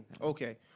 Okay